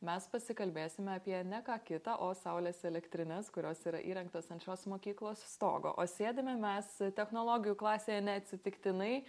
mes pasikalbėsime apie ne ką kitą o saulės elektrines kurios yra įrengtos ant šios mokyklos stogo o sėdime mes technologijų klasėje neatsitiktinai